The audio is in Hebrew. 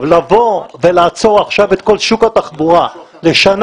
לבוא ולעצור עכשיו את כל שוק התחבורה לשנה